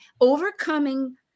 overcoming